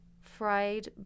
fried